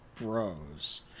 Bros